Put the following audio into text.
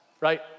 Right